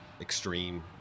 extreme